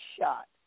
shot